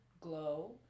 glow